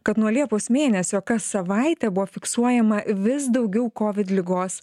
kad nuo liepos mėnesio kas savaitę buvo fiksuojama vis daugiau covid ligos